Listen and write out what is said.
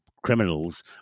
criminals